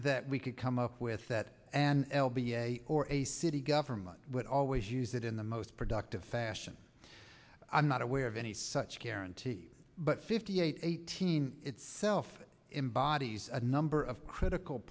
that we could come up with that and l b a or a city government would always use it in the most productive fashion i'm not aware of any such guarantee but fifty eight eighteen self embodies a number of critical